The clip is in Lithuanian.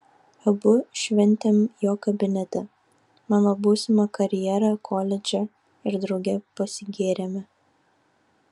abu šventėm jo kabinete mano būsimą karjerą koledže ir drauge pasigėrėme